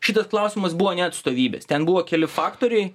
šitas klausimas buvo ne atstovybės ten buvo keli faktoriai